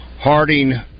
Harding